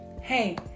Hey